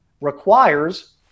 requires